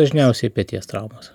dažniausiai peties traumos